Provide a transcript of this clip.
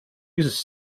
uses